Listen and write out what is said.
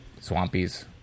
Swampies